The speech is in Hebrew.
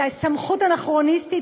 סמכות אנכרוניסטית,